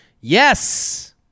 Yes